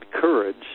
Courage